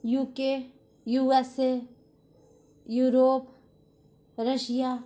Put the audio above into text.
UK USA Europe Russia